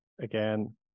Again